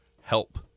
help